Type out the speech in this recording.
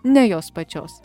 ne jos pačios